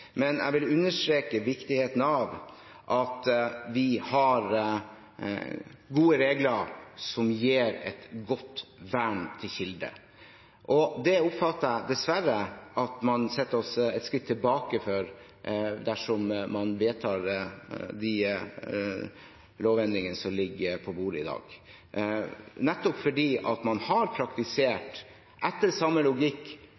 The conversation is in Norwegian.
Men jeg vil understreke viktigheten av at vi har gode regler, som gir kilden et godt vern. Jeg oppfatter det dessverre slik at man tar et skritt tilbake dersom man vedtar de lovendringene som ligger på bordet i dag, nettopp fordi man har praktisert etter samme logikk